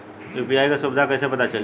UPI क सुविधा कैसे पता चली?